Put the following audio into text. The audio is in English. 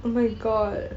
oh my god